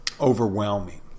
overwhelming